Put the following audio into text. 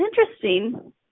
interesting